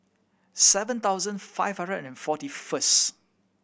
seven thousand five hundred and forty first